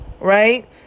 right